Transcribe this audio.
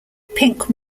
pink